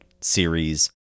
series